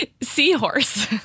Seahorse